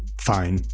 fine.